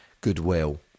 goodwill